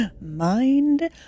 Mind